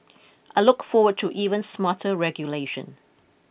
I look forward to even smarter regulation